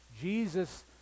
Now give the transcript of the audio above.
Jesus